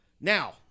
now